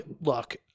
look